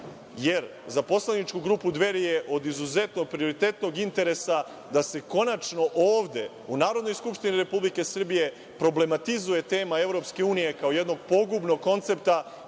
Jer, za poslaničku grupu Dveri je od izuzetnog prioritetnog interesa da se konačno ovde, u Narodnoj skupštini Republike Srbije problematizuje tema EU, kao jednog pogubnog koncepta